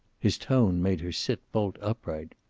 his tone made her sit bolt upright.